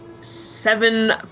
seven